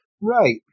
right